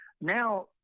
Now